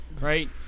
right